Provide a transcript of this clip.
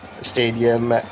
stadium